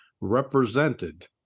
represented